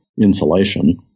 insulation